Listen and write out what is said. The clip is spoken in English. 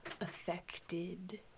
affected